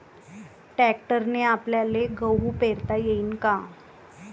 ट्रॅक्टरने आपल्याले गहू पेरता येईन का?